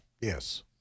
Yes